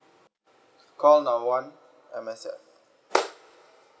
call number one M_S_F